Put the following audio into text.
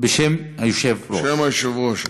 בשם היושב-ראש.